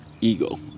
ego